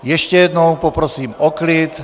Ještě jednou poprosím o klid.